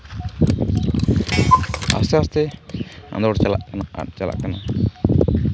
ᱟᱥᱛᱮ ᱟᱥᱛᱮ ᱟᱸᱫᱳᱲ ᱪᱟᱞᱟᱜ ᱠᱟᱱᱟ ᱟᱫ ᱪᱟᱵᱟᱜ ᱠᱟᱱᱟ